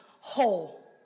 whole